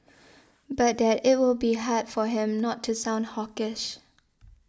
but that it will be hard for him not to sound hawkish